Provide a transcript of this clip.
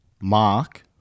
Mark